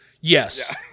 Yes